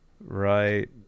right